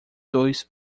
dois